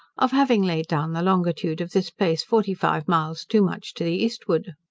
of having laid down the longitude of this place forty-five miles too much to the eastward.